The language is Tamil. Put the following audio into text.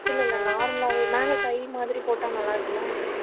இல்லை இல்லை நார்மலாகவே மேலே டை மாதிரி போட்டால் நல்லாயிருக்குமா என்ன